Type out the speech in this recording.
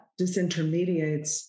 disintermediates